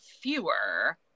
fewer